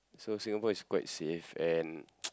so Singapore is quite safe and